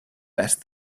better